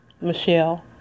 Michelle